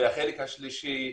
והחלק השלישי,